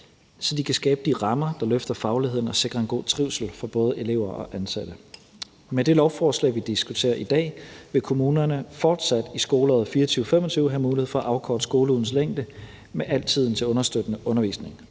så de kan skabe de rammer, der løfter fagligheden og sikrer en god trivsel for både elever og ansatte. Med det lovforslag, vi diskuterer i dag, vil kommunerne fortsat i skoleåret 2024/25 have mulighed for at afkorte skoleugens længde med al tiden til understøttende undervisning,